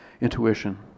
intuition